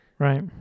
Right